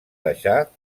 deixar